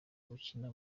gukina